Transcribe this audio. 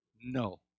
No